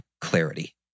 clarity